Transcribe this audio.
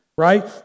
Right